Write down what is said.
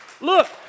Look